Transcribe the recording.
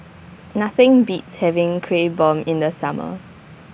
Nothing Beats having Kuih Bom in The Summer